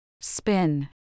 Spin